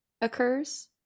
occurs